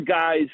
guys